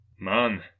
Man